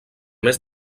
més